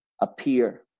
appear